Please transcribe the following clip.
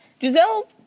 Giselle